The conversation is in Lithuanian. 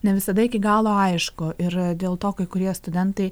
ne visada iki galo aišku ir dėl to kai kurie studentai